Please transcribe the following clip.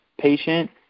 patient